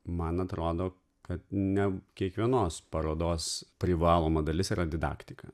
man atrodo kad ne kiekvienos parodos privaloma dalis yra didaktika